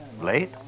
Late